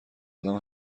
آدم